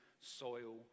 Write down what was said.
soil